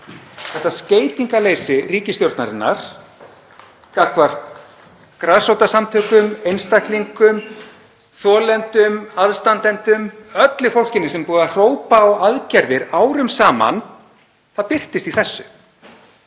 Þetta skeytingarleysi ríkisstjórnarinnar gagnvart grasrótarsamtökum, einstaklingum, þolendum, aðstandendum, öllu fólkinu sem hefur hrópað á aðgerðir árum saman, birtist í þessu.